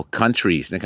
countries